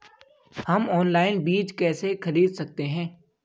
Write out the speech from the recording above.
हम ऑनलाइन बीज कैसे खरीद सकते हैं?